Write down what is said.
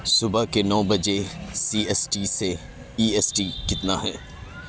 صبح کے نو بجے سی ایس ٹی سے ای ایس ٹی کتنا ہے